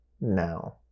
now